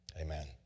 amen